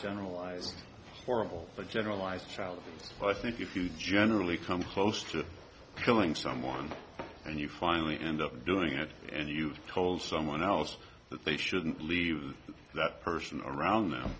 generalize horrible a generalized child i think if you generally come close to killing someone and you finally end up doing it and you've told someone else that they shouldn't leave that person around